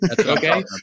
Okay